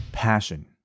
passion